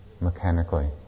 mechanically